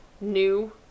new